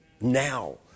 now